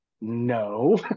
no